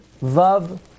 Vav